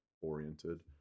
oriented